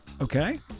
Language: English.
Okay